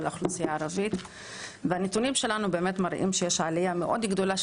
לאוכלוסייה הערבית בוות"ת והנתונים שלנו באמת מראים שיש עליה מאוד גדולה,